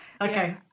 Okay